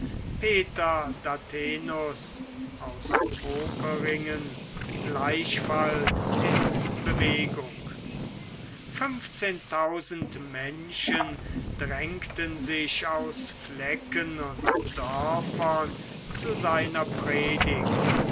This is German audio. peter dathen ans poperingen gleichfalls in bewegung fünfzehntausend menschen drängten sich aus flecken und dörfern zu seiner predigt